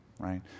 right